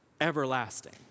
everlasting